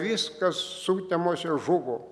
viskas sutemose žuvo